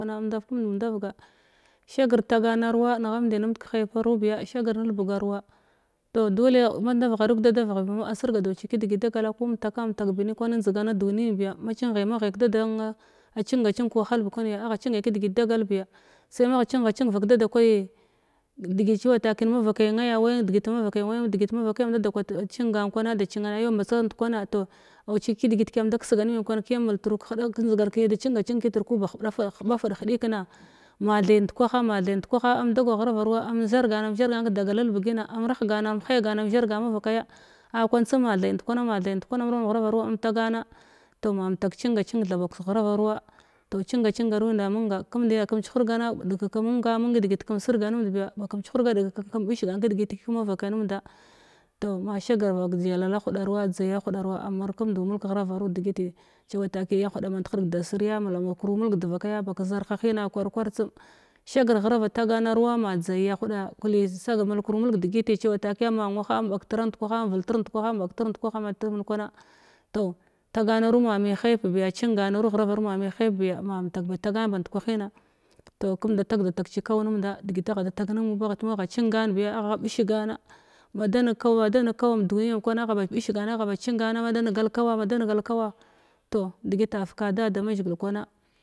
Kwana am ndav kemndu ndavga shagi tagana ruwa nefhamn de numd ke haipa biya shagr nelbagar ruwa tog sole ah-mandavgharu’i keda da vigh bima a sirgadauci kedigit da gal ku mtaka mtakbi nim kwan njdigana duniyin biya maxinghai ke da dann acinga cing kəwahalbi kwanya agha cingai the digit dagal. Biya sai magha cinga cing vak dada kwayi dgit cewa taki inmavakai wayam degit mavakayam am dada kwa-cingan kwana da cinara yau mbatsa ndkwana toh auci ki degit kiyam da kesga nimyam kwan kiyam multru kihda ke njdigan kiya da cinga cing kitr kuba hiɓa huba fud hedikena mathe bdukwaha mathe ndkwaha ma dagau ghrava ruwa am zhargan am zhargan kedagala elbagina am rahgana ma haigana am zhargam mava kaya á kwan tsum má the ndkwana mathe ndkwana am nuram ghrava ruwa toh cinga cingaruna munga kemndina kam xhuhurgana da da kwana munga degit kem sirga numd biya ba kəm chuhurga dekek kəm bishagan chuhuga ɗikek kəm chuhurga ɗikek kam ɓishgan ke digit kəm mavakai numnda toh ma shagr bak gyalala huda ruwa dzagya huda ruwa am mulkundu mulg ghravaru dedigiti cewa taki heda mant hedig da siriya maro mukuru mulg devakaya baka zarha hena kwar kwar tsum dhagr ghrava taganaruwa ma dzayya huda kəli-sag-mulkuru mulg degiti ci wata ma nwaha am batra ndakwaha am veltir ndkwaha ma ɓagtr ndkwaha tumul kwana toh taganaru ma me haip biya cinganaru ghvavaru mame haip biya ma mtak ba tagan abnd kwahina toh kəmda tagda tagci jau nemnda degita agha fa tag nen bagha cingan biya agha ɓisha gana made neg kawada neg kawa am duiyin kwana agha ba ɓisha gana agha ba cingana ma dal negal kawa mada negal kawa toh digita áfka da da mazhigil kwan